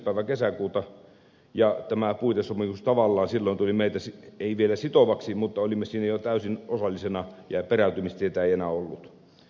päivä kesäkuuta ja tämä puitesopimus tavallaan silloin ei vielä tullut meitä sitovaksi mutta olimme siinä jo täysin osallisina ja peräytymistietä ei enää ollut